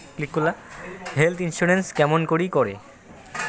Health insurance কেমন করি করে?